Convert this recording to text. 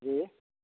जी ई